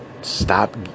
stop